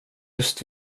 just